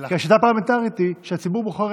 כי השיטה הפרלמנטרית היא שהציבור בוחר